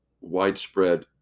widespread